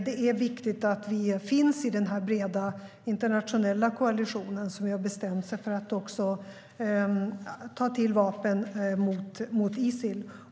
Det är viktigt att vi finns i den här breda internationella koalitionen, som har bestämt sig för att också ta till vapen mot Isil.